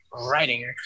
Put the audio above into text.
writing